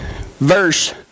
verse